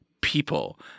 people